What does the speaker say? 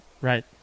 Right